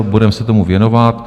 Budeme se tomu věnovat.